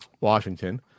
Washington